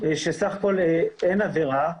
שסך הכול אין עבירה.